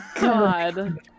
God